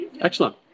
Excellent